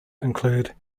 include